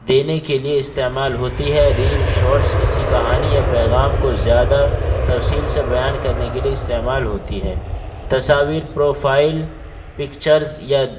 دینے کے لیے استعمال ہوتی ہے ریل شارٹز کسی کہانی یا پیغام کو زیادہ توسیل سے بیان کرنے کے لیے استعمال ہوتی ہے تصاویر پروفائل پکچرز یا